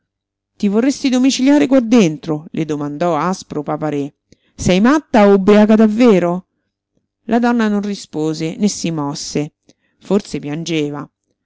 ti vorresti domiciliare qua dentro le domandò aspro papa-re sei matta o ubbriaca davvero la donna non rispose né si mosse forse piangeva